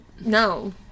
no